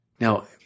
Now